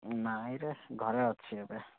ନାହିଁରେ ଘରେ ଅଛି ଏବେ